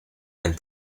and